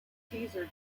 teaser